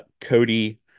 Cody